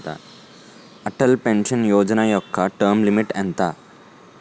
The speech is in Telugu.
అటల్ పెన్షన్ యోజన యెక్క టర్మ్ లిమిట్ ఎంత?